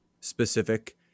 specific